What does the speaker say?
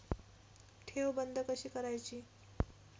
ठेव बंद कशी करायची?